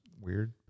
weird